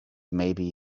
maybe